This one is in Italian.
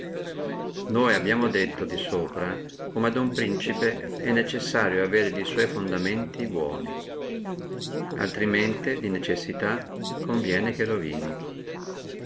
noi abbiamo detto di sopra come a uno principe è necessario avere e sua fondamenti buoni altrimenti conviene che rovini